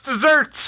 desserts